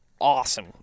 awesome